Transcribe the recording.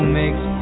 makes